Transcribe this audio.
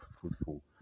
fruitful